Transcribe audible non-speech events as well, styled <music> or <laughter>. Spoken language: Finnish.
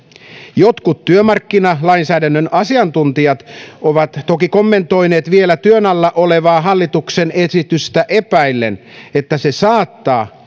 jotkut työmarkkinalainsäädännön asiantuntijat ovat toki kommentoineet vielä työn alla olevaa hallituksen esitystä epäillen että se saattaa <unintelligible>